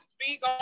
speak